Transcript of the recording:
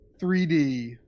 3d